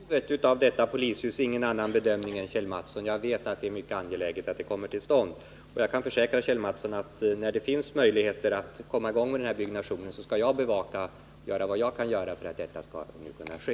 Herr talman! Jag har när det gäller behovet av detta polishus ingen annan bedömning än Kjell Mattsson. Jag vet att det är mycket angeläget att det kommer till stånd, och jag kan försäkra Kjell Mattsson att när det finns möjligheter att komma i gång med det byggandet skall jag göra vad jag kan för att bevaka att detta skall kunna ske.